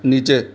नीचे